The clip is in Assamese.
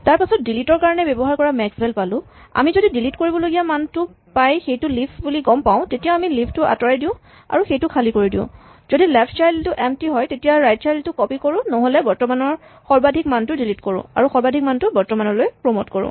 তাৰপাছত ডিলিট ৰ কাৰণে ব্যৱহাৰ কৰা মেক্সভেল পালো যদি আমি ডিলিট কৰিবলগীয়া মানটো পাই সেইটো লিফ বুলি গম পাওঁ তেতিয়া আমি লিফ টো আঁতৰাই দিওঁ আৰু সেইটো খালী কৰি দিওঁ যদি লেফ্ট চাইল্ড টো এম্প্টী হয় তেতিয়া ৰাইট চাইল্ড টো কপি কৰো নহ'লে বাওঁফালৰ সৰ্বাধিক মানটো ডিলিট কৰো আৰু সৰ্বাধিক মানটো বৰ্তমানলৈ প্ৰমট কৰো